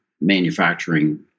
manufacturing